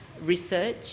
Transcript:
research